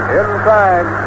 inside